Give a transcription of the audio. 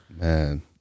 Man